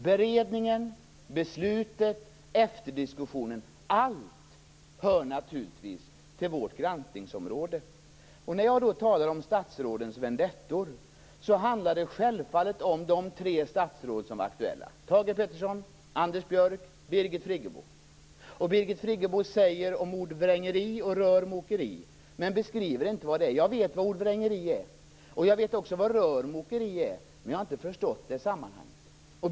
Beredningen, beslutet och efterdiskussionen allt detta hör naturligtvis till vårt granskningsområde. När jag talar om statsrådens vendettor handlar det självfallet om de tre statsråd som var aktuella, Thage Friggebo talar om ordvrängeri och rörmokeri, men beskriver inte vad det är. Jag vet vad ordvrängeri är. Jag vet också vad rörmokeri är, men jag har inte förstått sammanhanget.